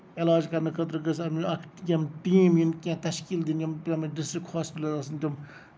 علاج کرنہٕ خٲطرٕ گٔژھ اَتھ اکھ ٹِیم اکھ ٹیٖم یہِ نہٕ کیٚنٛہہ تَشکیٖل دِنہٕ یِم ڈِسٹرک ہسپِٹلس تِم